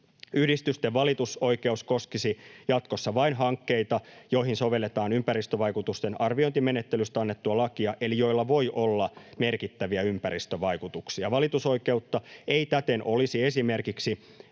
Yhdistysten valitusoikeus koskisi jatkossa vain hankkeita, joihin sovelletaan ympäristövaikutusten arviointimenettelystä annettua lakia eli joilla voi olla merkittäviä ympäristövaikutuksia. Valitusoikeutta ei täten olisi esimerkiksi